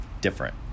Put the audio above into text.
different